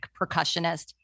percussionist